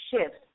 shifts